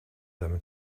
them